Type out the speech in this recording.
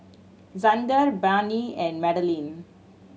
Zander Barnie and Madeline